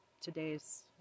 today's